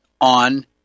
on